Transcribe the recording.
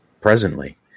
presently